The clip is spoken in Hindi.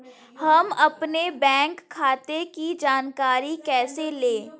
हम अपने बैंक खाते की जानकारी कैसे लें?